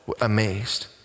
amazed